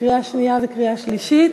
לקריאה שנייה ולקריאה שלישית.